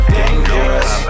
dangerous